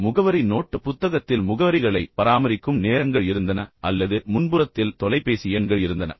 எனவே முகவரி நோட்டுப் புத்தகத்தில் முகவரிகளைப் பராமரிக்கும் நேரங்கள் இருந்தன அல்லது முன்புறத்தில் தொலைபேசி எண்கள் இருந்தன